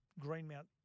Greenmount